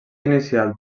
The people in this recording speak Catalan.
inicial